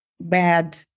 bad